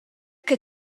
che